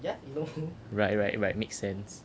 right right right make sense